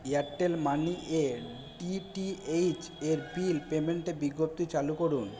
Airtel money এর DTH এর bill পেমেন্টে বিজ্ঞপ্তি চালু করুন